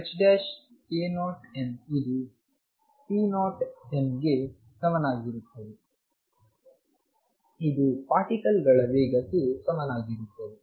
k0 ನಲ್ಲಿ k0m ಇದುp0m ಗೆ ಸಮನಾಗಿರುತ್ತದೆ ಇದು ಪಾರ್ಟಿಕಲ್ ಗಳ ವೇಗಕ್ಕೆ ಸಮನಾಗಿರುತ್ತದೆ